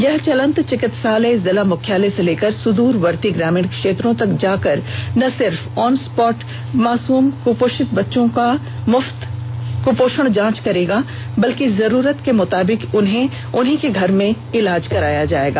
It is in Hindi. यह चलंत चिकित्सालय जिला मुख्यालय से लेकर सुदूरवर्ती ग्रामीण क्षेत्रों तक जाकर न सिर्फ ऑन स्पॉट मासूम कुपोषित बच्चों का मुफ्त कपोषण जांच करेगा बल्कि जरूरत के मुताबिक उन्हें उन्हीं के घर में इलाज करेगा